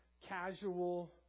casual